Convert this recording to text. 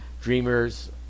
dreamers